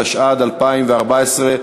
התשע"ד 2014,